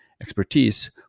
expertise